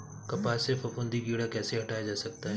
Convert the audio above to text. कपास से फफूंदी कीड़ा कैसे हटाया जा सकता है?